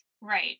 Right